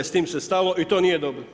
S time se stalo i to nije dobro.